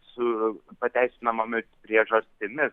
su pateisinamomis priežastimis